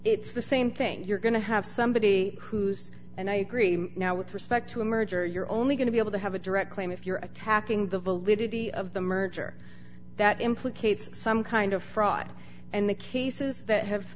it's the same thing you're going to have somebody who's and i agree now with respect to a merger you're only going to be able to have a direct claim if you're attacking the validity of the merger that implicates some kind of fraud and the cases that have